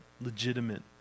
legitimate